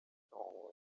ofrûne